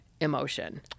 emotion